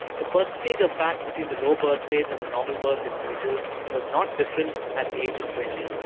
the percentage of fat between the low birth weight and the normal birth individuals was not different at the age of twenty.